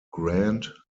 grant